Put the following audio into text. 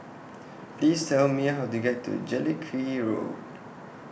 Please Tell Me How to get to Jellicoe Road